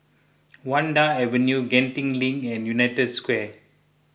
Vanda Avenue Genting Link and United Square